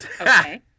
Okay